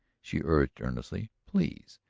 she urged earnestly. please.